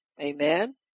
Amen